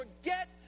forget